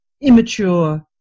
immature